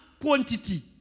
quantity